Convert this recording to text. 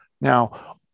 Now